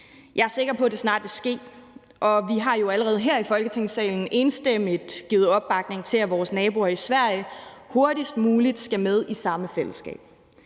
Jeg er sikker på, at det snart vil ske, og vi har jo allerede her i Folketingssalen enstemmigt givet opbakning til, at vores naboer i Sverige hurtigst muligt skal med i samme fællesskab.